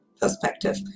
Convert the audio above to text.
perspective